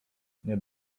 nie